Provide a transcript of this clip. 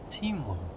teamwork